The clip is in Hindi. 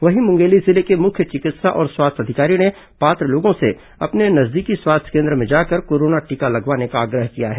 वहीं मुंगेली जिले के मुख्य चिकित्सा और स्वास्थ्य अधिकारी ने पात्र लोगों से अपने नजदीकी स्वास्थ्य केंद्र में जाकर कोरोना टीका लगवाने का आग्रह किया है